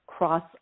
cross